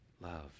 love